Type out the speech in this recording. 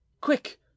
Quick